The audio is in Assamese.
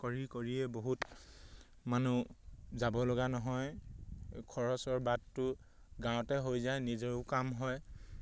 কৰি কৰিয়ে বহুত মানুহ যাব লগা নহয় খৰচৰ বাটটো গাঁৱতে হৈ যায় নিজৰো কাম হয়